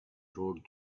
rode